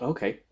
Okay